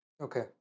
Okay